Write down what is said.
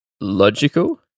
logical